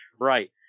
Right